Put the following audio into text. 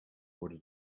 worden